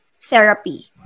therapy